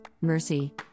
mercy